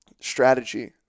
strategy